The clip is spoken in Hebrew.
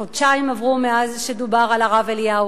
חודשיים עברו מאז דובר על הרב אליהו,